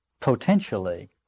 potentially